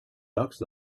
bucks